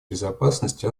безопасности